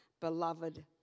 beloved